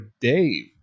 Dave